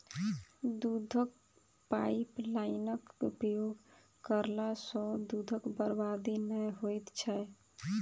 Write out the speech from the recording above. दूधक पाइपलाइनक उपयोग करला सॅ दूधक बर्बादी नै होइत छै